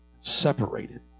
separated